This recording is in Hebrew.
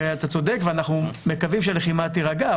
אתה צודק ואנחנו מקווים שהלחימה תירגע.